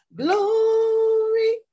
glory